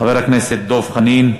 חבר הכנסת דב חנין.